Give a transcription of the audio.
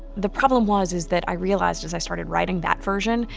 the problem was is that, i realized as i started writing that version,